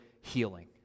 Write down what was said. healing